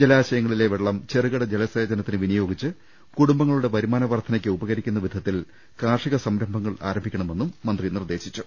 ജലാശയങ്ങളിലെ വെള്ളം ചെറുകിട ജലസേചനത്തിനു വിനിയോഗിച്ച് കുടുംബങ്ങളുടെ വരുമാന വർധനയ്ക്ക് ഉപകരിക്കുന്ന വിധത്തിൽ കാർഷിക സംരംഭങ്ങൾ ആരംഭിക്കണെമെന്നും മന്ത്രി നിർദ്ദേശിച്ചു